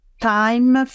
time